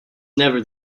never